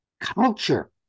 culture